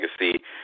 Legacy